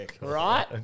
Right